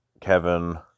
Kevin